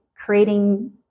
Creating